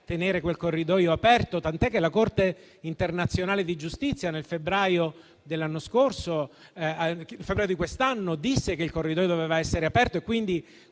tenere quel corridoio aperto, tant'è che la Corte internazionale di giustizia, nel febbraio di quest'anno, ha detto che il corridoio doveva essere aperto.